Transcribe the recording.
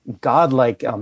godlike